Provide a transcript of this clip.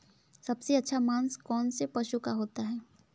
सबसे अच्छा मांस कौनसे पशु का होता है?